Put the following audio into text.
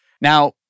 Now